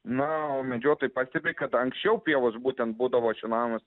na o medžiotojai pastebi kad anksčiau pievos būtent būdavo šienaujamos